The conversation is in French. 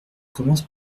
commences